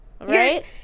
Right